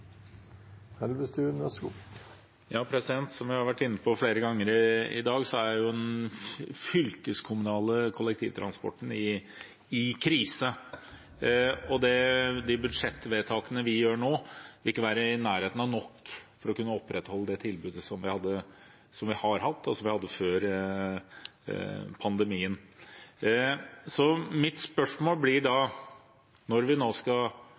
den fylkeskommunale kollektivtransporten i krise. De budsjettvedtakene vi gjør nå, vil ikke være i nærheten nok for å kunne opprettholde det tilbudet som vi har hatt, og som vi hadde før pandemien. Mitt spørsmål blir da, når regjeringen skal jobbe med budsjett inn i 2022 og komme tilbake til Stortinget: Kan vi